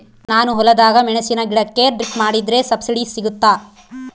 ನಾನು ಹೊಲದಾಗ ಮೆಣಸಿನ ಗಿಡಕ್ಕೆ ಡ್ರಿಪ್ ಮಾಡಿದ್ರೆ ಸಬ್ಸಿಡಿ ಸಿಗುತ್ತಾ?